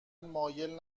مایل